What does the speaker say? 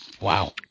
Wow